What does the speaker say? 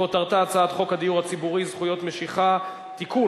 כותרתה: הצעת חוק הדיור הציבורי (זכויות רכישה) (תיקון,